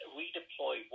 redeploy